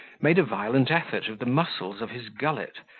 made a violent effort of the muscles of his gullet,